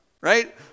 right